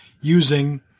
using